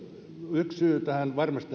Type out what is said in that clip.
yksi syy britannian kansanäänestyksiin varmasti